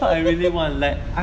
no really really really one lap